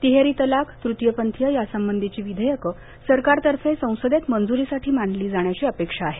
तिहेरी तलाक ततीय पंथीय यासंबंधीची विधेयकं सरकारतर्फे संसदेत मंजुरीसाठी मांडली जाण्याची अपेक्षा आहे